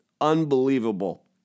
unbelievable